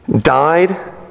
died